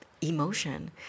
emotion